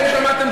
איזה כבוד?